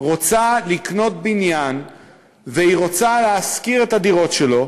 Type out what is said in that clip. רוצה לקנות בניין והיא רוצה להשכיר את הדירות שלו.